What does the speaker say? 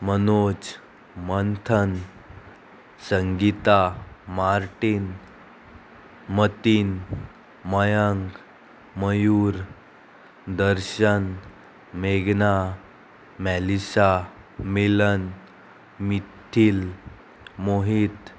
Manoj Manthan Sangeeta Martin Mateen Mayak Mayur Darshan मेघना मॅलिशा मिलन मिथिल मोहीत